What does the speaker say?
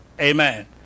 Amen